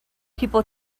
people